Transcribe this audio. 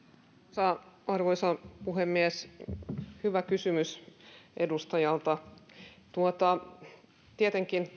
arvoisa puhemies hyvä kysymys edustajalta tietenkin